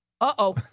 Uh-oh